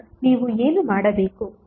ಈಗ ನೀವು ಏನು ಮಾಡಬೇಕು